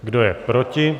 Kdo je proti?